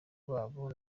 babo